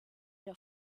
der